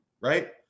Right